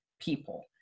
people